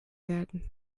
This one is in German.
werden